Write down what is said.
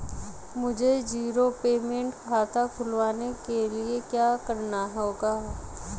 मुझे zero payment खाता खुलवाने के लिए क्या करना होगा?